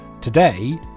Today